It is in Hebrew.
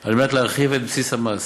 על מנת להרחיב את בסיס המס,